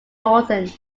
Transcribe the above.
northern